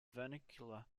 vernacular